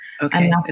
Okay